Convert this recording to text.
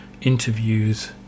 interviews